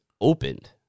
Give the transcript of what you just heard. opened